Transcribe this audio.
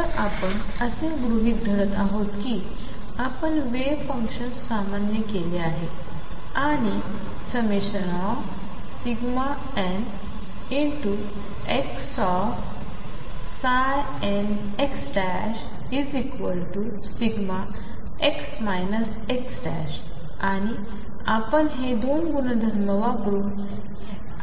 तर आपण असे गृहीत धरत आहोत की आपण वेव्ह फंक्शन्स सामान्य केले आहेत आणि nnxnxδx x आणि आपण हे २ गुणधर्म वापरून